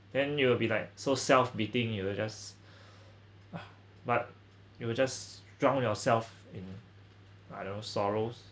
then you will be like so self beating you will just uh but you will just drown yourself in I don't know sorrows